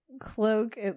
cloak